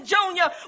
Junior